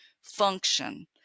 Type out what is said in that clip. function